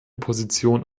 position